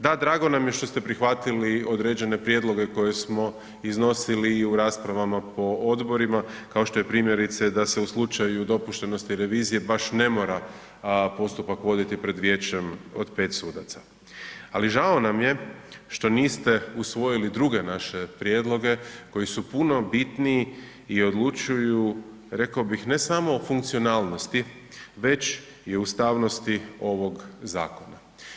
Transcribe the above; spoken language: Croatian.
Da, drago nam je što ste prihvatili određene prijedloge koje smo iznosili u raspravama po odborima kao što je primjerice da se u slučaju dopuštenosti revizije baš ne mora postupak voditi pred vijećem od 5 sudaca ali žao nam je što niste usvojili druge naše prijedloge koji su puno bitniji i odlučuju rekao bih ne sam o funkcionalnosti već i o ustavnosti ovog zakona.